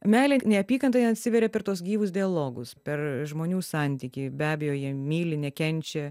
meilė neapykanta atsiveria per tuos gyvus dialogus per žmonių santykį be abejo jie myli nekenčia